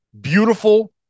beautiful